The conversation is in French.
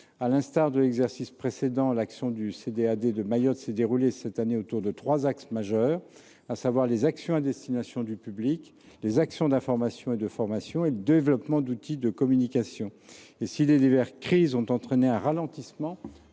lors de l’exercice précédent, l’action du CDAD de Mayotte s’est déployée cette année dans trois axes majeurs : les actions à destination du public, les actions d’information et de formation et le développement d’outils de communication. Si les diverses crises ont entraîné un ralentissement